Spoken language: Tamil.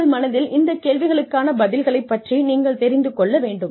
உங்கள் மனதில் இந்த கேள்விகளுக்கான பதில்களைப் பற்றி நீங்கள் தெரிந்து கொள்ள வேண்டும்